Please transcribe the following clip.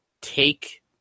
take